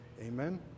Amen